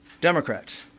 Democrats